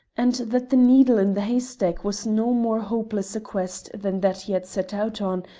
and that the needle in the haystack was no more hopeless a quest than that he had set out on,